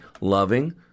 loving